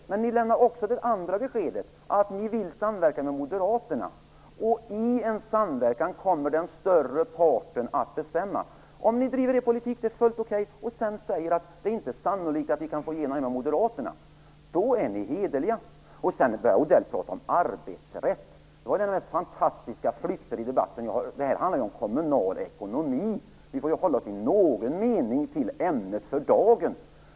Men ni lämnar också beskedet att ni vill samverka med Moderaterna. I en samverkan kommer den större parten att bestämma. Om ni driver er politik, vilket är helt okej, och säger att det inte är sannolikt att ni kan igenom den tillsammans med Moderaterna, är ni hederliga. Sedan började Mats Odell att prata om arbetsrätt! Det var den mest fantastiska utflykt i debatten som jag har upplevt. Det här skall ju handla om kommunal ekonomi. Vi får väl i någon mening hålla oss till ämnet för dagen.